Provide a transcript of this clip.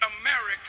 America